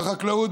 בחקלאות,